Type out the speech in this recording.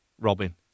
Robin